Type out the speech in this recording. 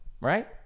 right